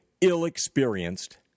ill-experienced